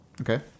Okay